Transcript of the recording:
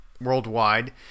worldwide